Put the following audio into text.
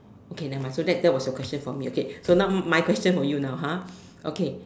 okay never mind so that that was your question for me okay so now my question for you now okay